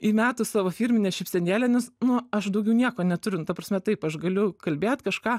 įmetus savo firminę šypsenėlę nes nu aš daugiau nieko neturiu nu ta prasme taip aš galiu kalbėt kažką